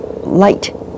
light